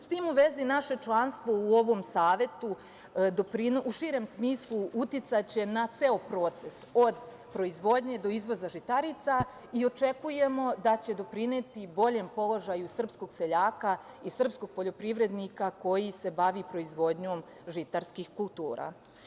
S tim u vezi, naše članstvo u ovom savetu, u širem smislu, uticaće na ceo proces, od proizvodnje do izvoza žitarica i očekujemo da će doprineti i boljem položaju srpskog seljaka i srpskog poljoprivrednika koji se bavi proizvodnjom žitarskih kultura.